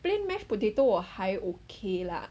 plain mashed potato 我还 okay 啦